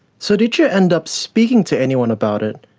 so did you end up speaking to anyone about it,